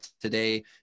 today